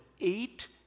eight